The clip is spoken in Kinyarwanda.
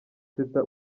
teta